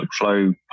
workflow